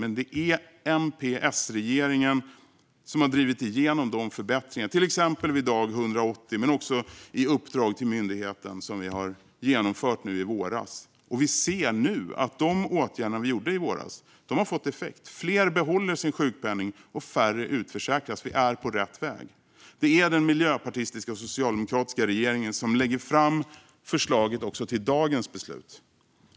Men det är MP-S-regeringen som har drivit igenom förbättringarna. Det gäller till exempel dag 180 men också det uppdrag till myndigheten som vi genomförde i våras. Vi ser nu att de åtgärder vi vidtog i våras har fått effekt: Fler behåller sin sjukpenning, och färre utförsäkras. Vi är på rätt väg. Det är den miljöpartistiska och socialdemokratiska regeringen som lägger fram förslaget också till dagens beslut.